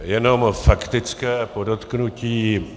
Jenom faktické podotknutí.